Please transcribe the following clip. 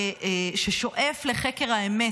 ששואף לחקר האמת,